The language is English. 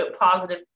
positive